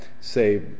say